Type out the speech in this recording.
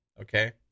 Okay